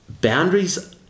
boundaries